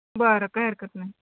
बरं काय हरकत नाही